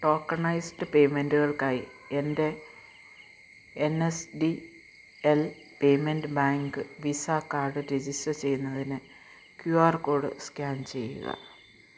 tokenised പേയ്മെൻറ്റുകൾക്കായി എൻ്റെ N S P L payments bank Visa card register ചെയ്യുന്നതിന് Q R code scan ചെയ്യുക